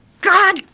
God